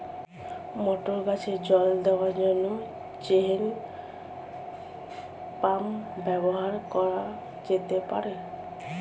মটর গাছে জল দেওয়ার জন্য চেইন পাম্প ব্যবহার করা যেতে পার?